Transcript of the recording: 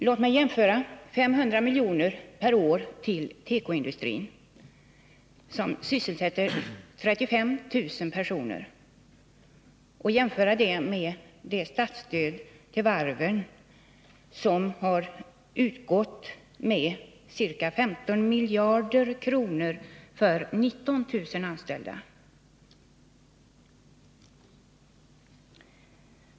Låt mig jämföra 500 miljoner per år till tekoindustrin, som sysselsätter 35 000 personer, med det statsstöd som har utgått till varven — ca 15 miljarder kronor för 19 000 anställda.